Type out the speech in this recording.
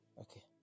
Okay